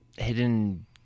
hidden